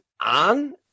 on